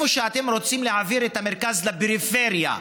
שאתם רוצים להעביר את המרכז לפריפריה?